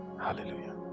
Hallelujah